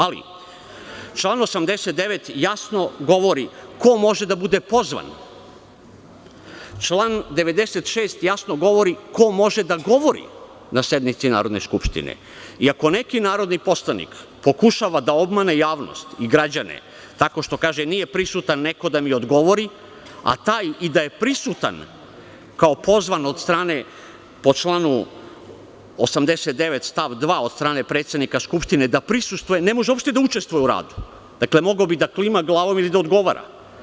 Ali, član 89. jasno govori ko može da bude pozvan, član 96. jasno govori ko može da govori na sednici Narodne skupštine i ako neki narodni poslanik pokušava da obmane javnost i građane tako što kaže – nije prisutan neko da mi odgovori, a taj, i da je prisutan, kao pozvan od strane predsednika Skupštine da prisustvuje, po članu 89. stav 2, ne može uopšte da učestvuje u radu, dakle, mogao bi da klima glavom ili da odgovara.